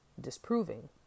disproving